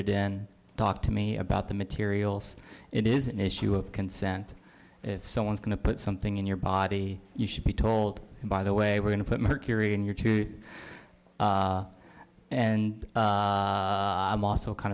it in talk to me about the materials it is an issue of consent if someone's going to put something in your body you should be told by the way we're going to put mercury in your and i'm also kind